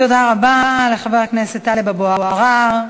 תודה רבה לחבר הכנסת טלב אבו עראר.